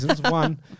One